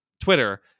Twitter